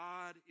God